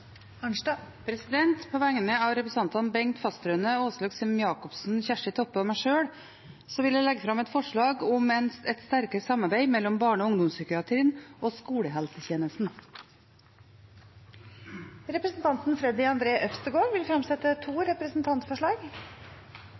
På vegne av representantene Bengt Fasteraune, Åslaug Sem-Jacobsen, Kjersti Toppe og meg sjøl vil jeg legge fram et forslag om sterkere samarbeid mellom barne- og ungdomspsykiatrien og skolehelsetjenesten. Representanten Freddy André Øvstegård vil fremsette to representantforslag.